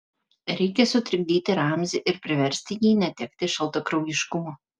reikia sutrikdyti ramzį ir priversti jį netekti šaltakraujiškumo